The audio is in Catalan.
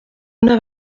una